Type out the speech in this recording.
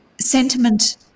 sentiment